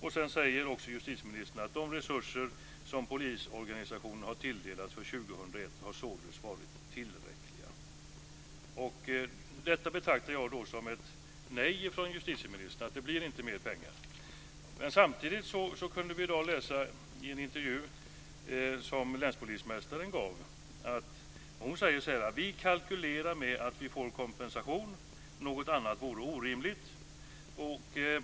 Vidare säger justitieministern att de resurser som polisorganisationen har tilldelats för 2001 således har varit tillräckliga. Detta betraktar jag som ett nej från justitieministern - det blir inte mer pengar. Samtidigt kunde vi i dag läsa en intervju med länspolismästaren där hon säger: Vi kalkylerar med att vi får kompensation. Något annat vore orimligt.